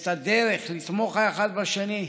את הדרך לתמוך האחד בשני.